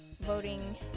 Voting